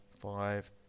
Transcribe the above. five